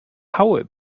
howe